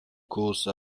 course